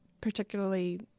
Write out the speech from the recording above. particularly